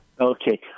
Okay